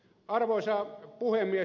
arvoisa puhemies